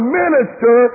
minister